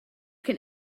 can